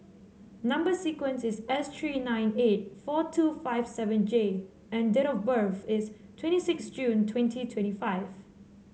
number sequence is S three nine eight four two five seven J and date of birth is twenty six June twenty twenty five